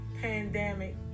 pandemic